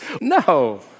No